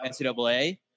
NCAA